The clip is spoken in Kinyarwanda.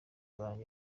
banje